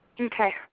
Okay